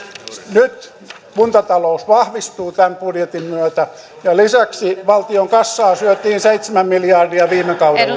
nyt kuntatalous vahvistuu tämän budjetin myötä lisäksi valtion kassaa syötiin seitsemän miljardia viime kaudella